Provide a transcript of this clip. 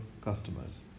customers